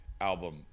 album